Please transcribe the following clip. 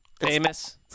Famous